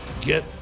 get